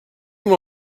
amb